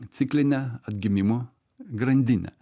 ciklinę atgimimo grandinę